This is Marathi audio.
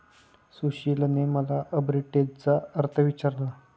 सुशीलने मला आर्बिट्रेजचा अर्थ विचारला